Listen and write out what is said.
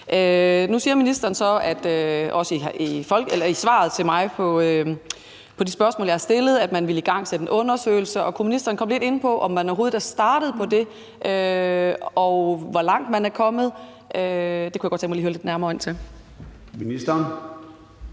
ministeren så også i svaret til mig på det spørgsmål, jeg har stillet, at man vil igangsætte en undersøgelse. Kan ministeren komme lidt ind på, om man overhovedet er startet på det, og hvor langt man er kommet? Det kunne jeg godt tænke mig lige at høre lidt nærmere. Kl. 10:10